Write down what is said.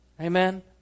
Amen